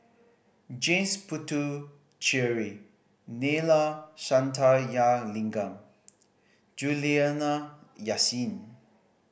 James Puthucheary Neila Sathyalingam Juliana Yasin